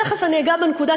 תכף אני אגע בנקודה,